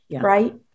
right